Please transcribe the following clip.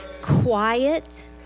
Quiet